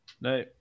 No